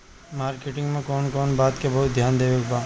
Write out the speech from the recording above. Marketing मे कौन कौन बात के बहुत ध्यान देवे के बा?